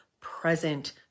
present